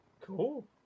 Cool